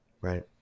Right